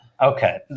Okay